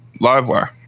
Livewire